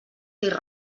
dir